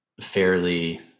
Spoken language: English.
fairly